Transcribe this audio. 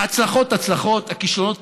ההצלחות, הצלחות, הכישלונות,